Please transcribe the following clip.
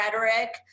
rhetoric